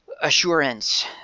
assurance